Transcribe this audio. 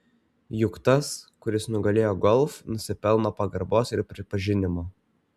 juk tas kuris nugalėjo golf nusipelno pagarbos ir pripažinimo